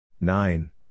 Nine